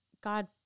God